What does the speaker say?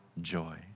joy